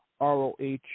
ROH